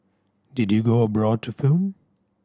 did you go abroad to film